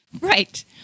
Right